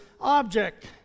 object